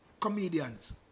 comedians